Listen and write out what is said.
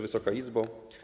Wysoka Izbo!